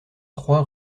trois